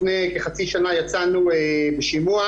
לפני כחצי שנה יצאנו בשימוע,